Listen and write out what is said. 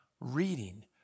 reading